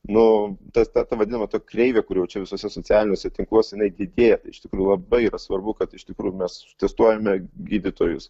nu tas ta ta vadinama ta kreivė kur jau čia visuose socialiniuose tinkluose jinai didėja tai iš tikrųjų labai yra svarbu kad iš tikrųjų mes testuojame gydytojus